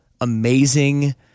amazing